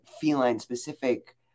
feline-specific